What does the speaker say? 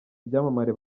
byamamare